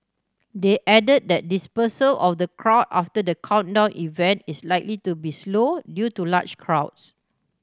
they added that dispersal of the crowd after the countdown event is likely to be slow due to large crowds